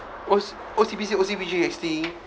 O O_C_B_C O_C_B_G sixty